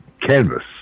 canvas